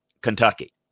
Kentucky